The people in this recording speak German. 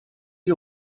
die